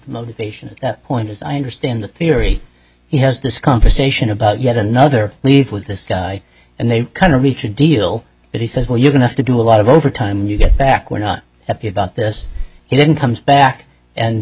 following point i understand the theory he has this conversation about yet another need with this guy and they kind of reach a deal that he says well you have enough to do a lot of overtime and you get back we're not happy about this he didn't come back and